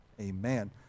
Amen